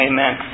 Amen